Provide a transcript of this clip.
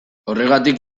horregatik